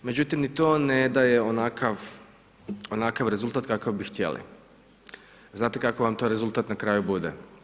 Međutim, ni to ne daje onakav rezultat kakav bi htjeli, znate kakav rezultat na kraju bude.